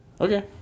Okay